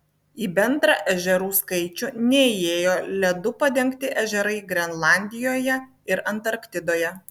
į bendrą ežerų skaičių neįėjo ledu padengti ežerai grenlandijoje ir antarktidoje